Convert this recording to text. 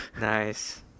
Nice